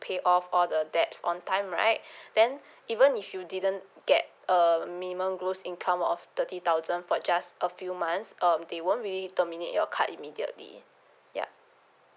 pay off all the debts on time right then even if you didn't get uh minimum gross income of thirty thousand for just a few months um they won't really terminate your card immediately ya